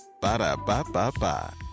Ba-da-ba-ba-ba